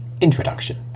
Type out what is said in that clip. Introduction